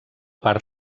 part